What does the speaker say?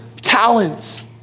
talents